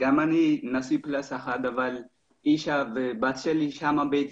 אני רוצה לשמוע מה רשות